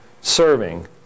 serving